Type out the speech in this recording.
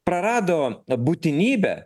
prarado būtinybę